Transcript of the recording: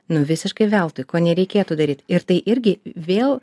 nu visiškai veltui ko nereikėtų daryt ir tai irgi vėl